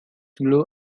blue